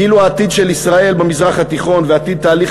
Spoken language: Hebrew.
כאילו העתיד של ישראל במזרח התיכון ועתיד תהליך